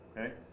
okay